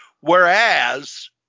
Whereas